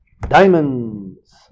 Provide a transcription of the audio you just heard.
Diamonds